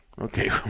Okay